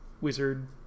wizard